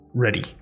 Ready